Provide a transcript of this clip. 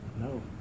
no